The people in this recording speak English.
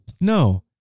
no